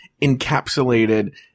encapsulated